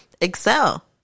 excel